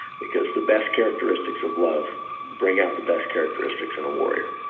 because the best characteristics of love bring out the best characteristics in a warrior.